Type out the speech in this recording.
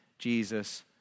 Jesus